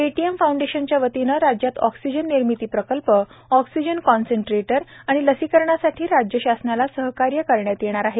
Paytm फाऊंडेशनच्यावतीने राज्यात oxygen निर्मिती प्रकल्प ऑक्सिजन कॉन्स्ट्रेटर आणि लसीकरणासाठी राज्य शासनाला सहकार्य करण्यात येणार आहे